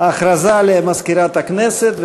הכרזה למזכירת הכנסת,